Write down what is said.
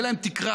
תהיה להן תקרה.